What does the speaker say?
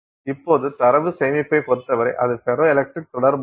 இப்போது தரவு சேமிப்பைப் பொறுத்தவரை அது ஃபெரோ எலக்ட்ரிக் தொடர்பானது